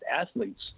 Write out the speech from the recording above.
athletes